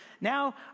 Now